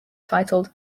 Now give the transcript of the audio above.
titled